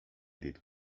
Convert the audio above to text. did